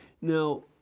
Now